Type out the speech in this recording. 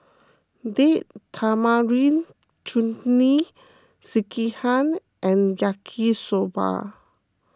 Date Tamarind Chutney Sekihan and Yaki Soba